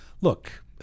look